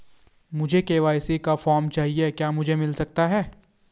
मुझे के.वाई.सी का फॉर्म चाहिए क्या मुझे मिल सकता है?